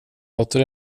låter